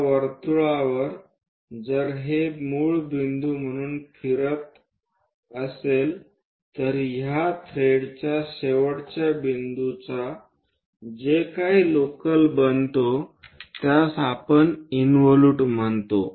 त्या वर्तुळावर जर हे मूळ बिंदू म्हणून फिरत असेल तर या थ्रेडच्या शेवटच्या बिंदूचे जे काही लोकल बनते त्यास आपण इंवोलूट म्हणतो